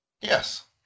yes